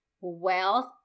Wealth